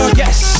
yes